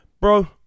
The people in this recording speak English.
bro